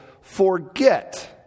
forget